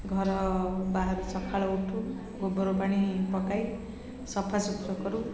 ଘର ବାହାରୁ ସଖାଳୁ ଉଠୁ ଗୋବର ପାଣି ପକାଇ ସଫାସୁୁତର କରୁ